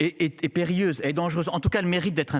et périlleuse et dangereuse, en tout cas le mérite d'être.